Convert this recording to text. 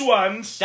ones